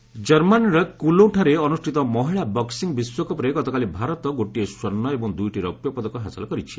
boxing ଜର୍ମାନୀର କୁଲୋଁଠାରେ ଅନୁଷ୍ଠିତ ମହିଳା ବକ୍ୱିଂ ବିଶ୍ୱକପ୍ରେ ଗତକାଲି ଭାରତ ଗୋଟିଏ ସ୍ୱର୍ଷ୍ଣ ଏବଂ ଦୁଇଟି ରୌପ୍ୟ ପଦକ ହାସଲ କରିଛି